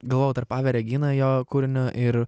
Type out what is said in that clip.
galvojau tarp ave regina jo kūrinio ir